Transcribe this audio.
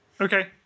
Okay